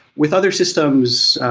with other systems,